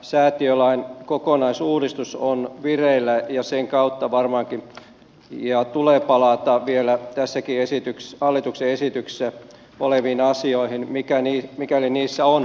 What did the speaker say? säätiölain kokonaisuudistus on vireillä ja sen kautta varmaankin tulee palata vielä tässäkin hallituksen esityksessä oleviin asioihin mikäli niissä on tarkistettavaa